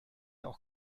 auch